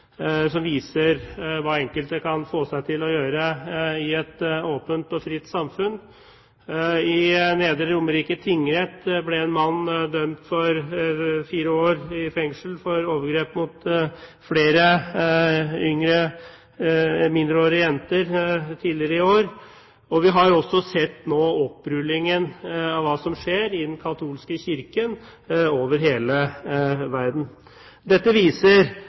viser hva enkelte kan få seg til å gjøre i et åpent og fritt samfunn. I Nedre Romerike tingrett ble en mann dømt til fire års fengsel for overgrep mot flere mindreårige jenter tidligere i år. Vi har også sett opprullingen av hva som skjer i den katolske kirken over hele verden. Dette viser